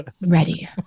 ready